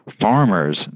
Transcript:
farmers